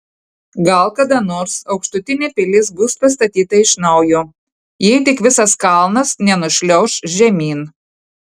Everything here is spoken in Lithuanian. gal kada nors aukštutinė pilis bus pastatyta iš naujo jei tik visas kalnas nenušliauš žemyn